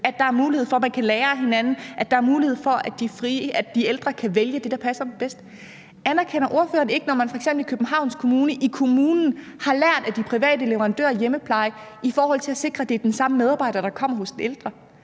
at der er mulighed for, at man kan lære af hinanden; at der er mulighed for, at de ældre kan vælge det, der passer dem bedst. I Københavns Kommune har man f.eks. i kommunen lært af de private leverandører af hjemmepleje, i forhold til at sikre at det er den samme medarbejder, der kommer hos den ældre.